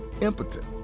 impotent